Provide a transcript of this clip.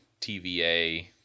TVA